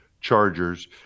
chargers